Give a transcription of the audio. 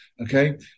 Okay